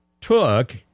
took